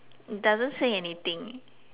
it doesn't say anything